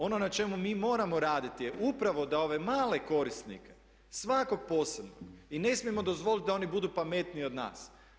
Ono na čemu mi moramo raditi je upravo da ove male korisnike, svakog posebno i ne smijemo dozvoliti da oni budu pametniji od nas.